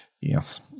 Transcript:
yes